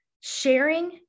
Sharing